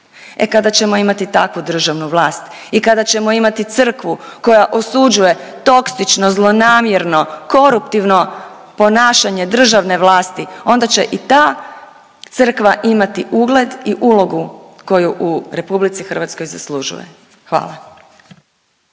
E kada ćemo imati takvu državu vlast i kada ćemo imati crkvu koja osuđuje toksično, zlonamjerno, koruptivno ponašanje državne vlasti onda će i ta crkva imati ugled i ulogu koju u RH zaslužuje, hvala.